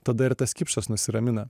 tada ir tas kipšas nusiramina